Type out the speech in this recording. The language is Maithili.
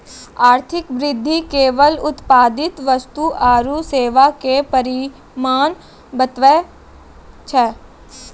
आर्थिक वृद्धि केवल उत्पादित वस्तु आरू सेवा के परिमाण बतबै छै